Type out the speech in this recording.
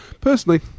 Personally